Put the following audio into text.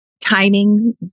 timing